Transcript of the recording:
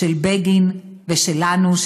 של בגין ושלנו,